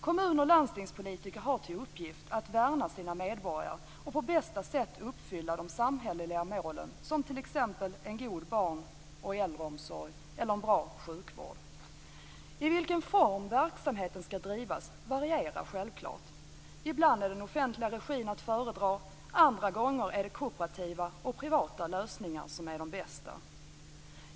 Kommun och landstingspolitiker har i uppgift att värna sina medborgare och att på bästa sätt uppfylla de samhälleliga målen, t.ex. en god barn och äldreomsorg och en bra sjukvård. Den form i vilken verksamheten skall drivas varierar självklart. Ibland är offentlig regi att föredra. Andra gånger är det kooperativa och privata lösningar som är bäst.